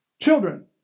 children